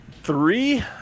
three